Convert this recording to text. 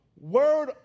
word